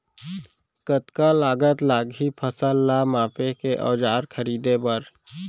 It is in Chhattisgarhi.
कतका लागत लागही फसल ला मापे के औज़ार खरीदे बर?